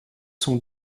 sont